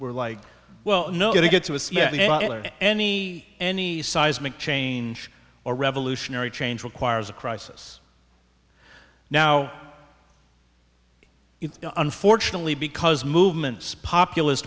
're like well no it gets any any seismic change or revolutionary change requires a crisis now unfortunately because movements popul